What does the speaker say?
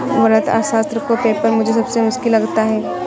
वृहत अर्थशास्त्र का पेपर मुझे सबसे मुश्किल लगता है